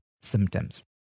symptoms